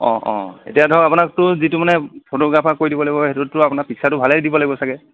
অঁ অঁ এতিয়া ধৰক আপোনাৰটো যিটো মানে ফটোগ্ৰাফাৰ কৰি দিব লাগিব সেইটোতটো আপোনাৰ পিক্সাৰটো ভালেই দিব লাগিব চাগৈ